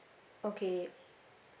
okay